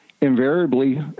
invariably